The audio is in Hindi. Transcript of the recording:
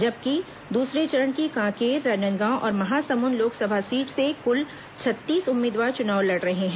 जबकि दूसरे चरण की कांकेर राजनांदगांव और महासमुंद लोकसभा सीट से कुल छत्तीस उम्मीदवार चुनाव लड़ रहे हैं